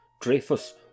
Dreyfus